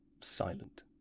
silent